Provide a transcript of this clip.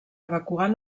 evacuar